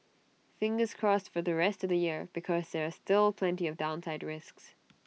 fingers crossed for the rest of the year because there are still plenty of downside risks